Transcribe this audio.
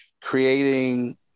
creating